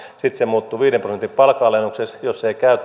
sitten se muuttui viiden prosentin palkanalennukseksi ja jos se ei käy